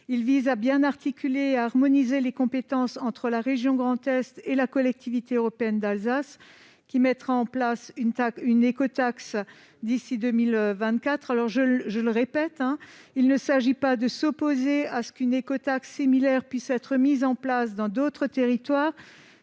qui vise à bien articuler et à harmoniser les compétences entre la région Grand Est et la Collectivité européenne d'Alsace, laquelle mettra en place une écotaxe d'ici à 2024. J'y insiste, il s'agit non pas de s'opposer à ce qu'une écotaxe similaire puisse être mise en place dans d'autres territoires,